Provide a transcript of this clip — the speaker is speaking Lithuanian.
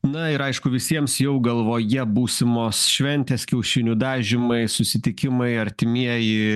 na ir aišku visiems jau galvoje būsimos šventės kiaušinių dažymai susitikimai artimieji